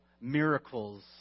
miracles